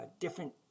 different